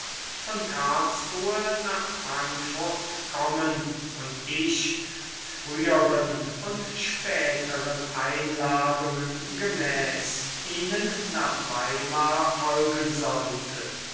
von karlsruhe nach frankfurt kommen und ich früheren und späteren einladungen gemäß ihnen nach weimar folgen sollte